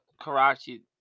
Karachi